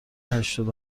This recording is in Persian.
هشتاد